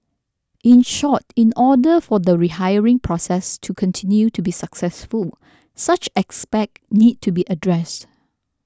in short in order for the rehiring process to continue to be successful such aspect need to be addressed